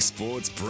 Sports